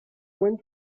went